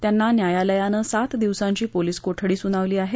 त्यांना न्यायालयानं सात दिवसांची पोलिस कोठडी सुनावली आहे